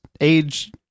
age